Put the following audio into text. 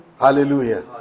hallelujah